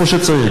איפה שצריך,